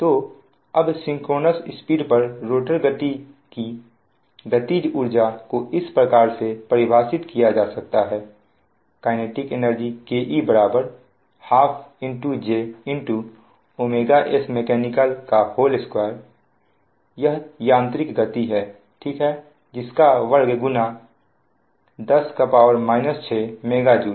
तो अब synchronous speed पर रोटर की गतिज ऊर्जा को इस प्रकार से परिभाषित किया जा सकता है K E 12 J s mech2 यह यांत्रिक गति है ठीक है जिसका वर्ग गुना 10 6 M Joule